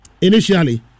Initially